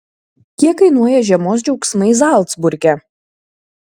kiek kainuoja žiemos džiaugsmai zalcburge